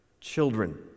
children